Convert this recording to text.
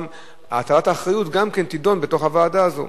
והטלת האחריות גם כן תידון בתוך הוועדה הזו.